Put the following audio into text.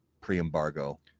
pre-embargo